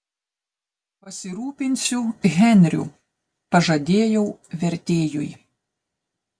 pasirūpinsiu henriu pažadėjau vertėjui